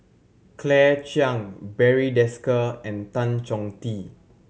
Claire Chiang Barry Desker and Tan Chong Tee